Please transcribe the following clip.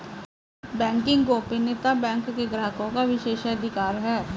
banking गोपनीयता bank के ग्राहकों का विशेषाधिकार है